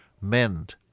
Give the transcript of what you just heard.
Mend